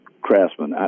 craftsmen